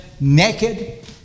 naked